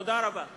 תודה רבה.